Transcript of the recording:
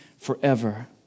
forever